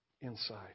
inside